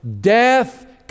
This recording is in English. Death